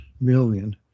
million